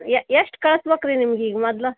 ಎಷ್ಟು ಕಳಿಸ್ಬೇಕ್ರಿ ನಿಮ್ಗೀಗ ಮೊದ್ಲು